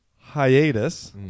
hiatus